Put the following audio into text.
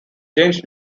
james